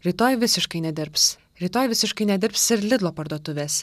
rytoj visiškai nedirbs rytoj visiškai nedirbs ir lidlo parduotuvės